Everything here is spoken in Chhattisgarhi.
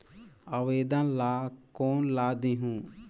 आवेदन ला कोन ला देहुं?